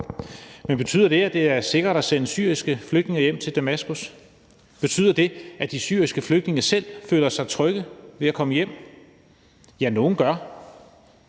Men betyder det, at det er sikkert at sende syriske flygtninge hjem til Damaskus? Betyder det, at de syriske flygtninge selv føler sig trygge ved at komme hjem? Ja, nogle gør.